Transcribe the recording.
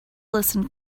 listened